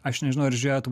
aš nežinau ar žiūrėjot